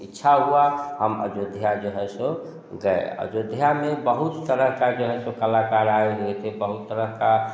इच्छा हुई हम अयोध्या जो है सो गए अयोध्या में बहुत तरह के जो है सो कलाकार आए हुए थे बहुत तरह का